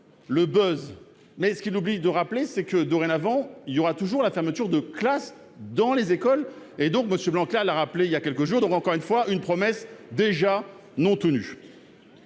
le mais ce qu'il oublie de rappeler c'est que dorénavant il y aura toujours la fermeture de classe dans les écoles et donc Monsieur Blank a l'a rappelé il y a quelques jours, donc encore une fois une promesse déjà non tenues,